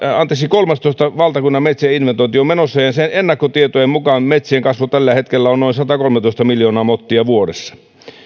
kolmannentoista valtakunnan metsien inventointi on menossa ja ennakkotietojen mukaan metsien kasvu tällä hetkellä on noin satakolmetoista miljoonaa mottia vuodessa